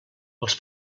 els